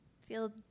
feel